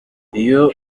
iyo